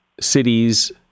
cities